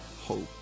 hope